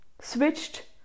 switched